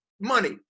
money